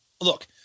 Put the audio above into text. Look